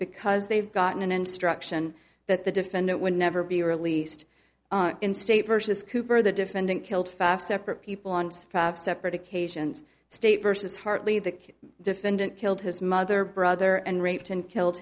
because they've gotten an instruction that the defendant would never be released in state versus cooper the defendant killed five separate people on separate occasions state versus hartley the defendant killed his mother brother and raped and killed